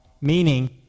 meaning